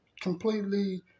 completely